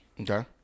okay